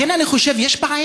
לכן, אני חושב, יש בעיה,